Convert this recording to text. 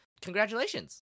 congratulations